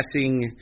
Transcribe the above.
passing